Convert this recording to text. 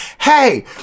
hey